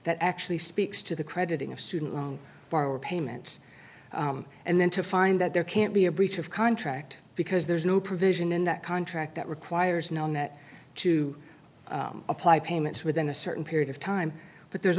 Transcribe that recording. that actually speaks to the crediting of student loan borrower payments and then to find that there can't be a breach of contract because there's no provision in that contract that requires knowing that to apply payments within a certain period of time but there's